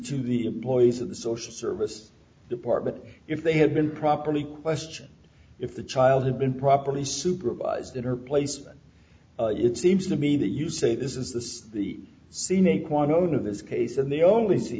two the employees of the social services department if they had been properly question if the child had been properly supervised at her place it seems to me that you say this is this the seen a quote out of this case and the only see